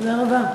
תודה רבה.